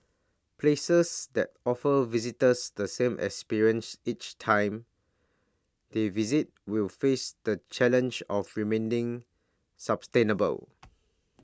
places that offer visitors the same experience each time they visit will face the challenge of remaining sustainable